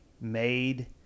made